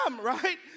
right